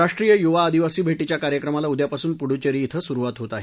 राष्ट्रीय युवा आदिवासी भेर्टीच्या कार्यक्रमाला उद्यापासून पुदुचेरी इथं सुरवात होत आहे